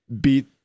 beat